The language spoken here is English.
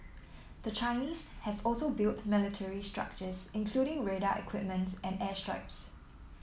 the Chinese has also built military structures including radar equipment and airstrips